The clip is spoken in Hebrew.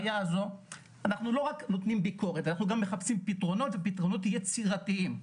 אנחנו לא רק נותנים ביקורת אלא גם מחפשים פתרונות ופתרונות יצירתיים.